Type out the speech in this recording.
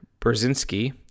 Brzezinski